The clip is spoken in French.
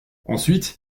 ensuite